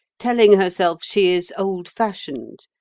telling herself she is old fashioned.